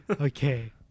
Okay